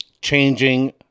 changing